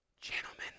gentlemen